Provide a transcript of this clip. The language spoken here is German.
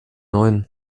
neuen